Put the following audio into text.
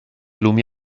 lumi